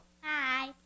Hi